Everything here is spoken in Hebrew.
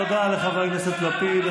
תודה לחבר הכנסת לפיד.